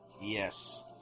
Yes